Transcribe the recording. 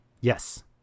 Yes